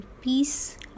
peace